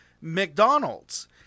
McDonald's